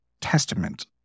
testament